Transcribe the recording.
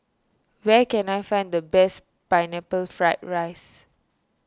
where can I find the best Pineapple Fried Rice